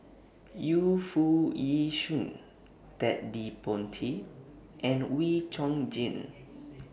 Yu Foo Yee Shoon Ted De Ponti and Wee Chong Jin